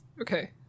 okay